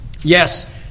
Yes